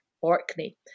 Orkney